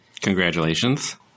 Congratulations